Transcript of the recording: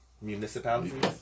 Municipalities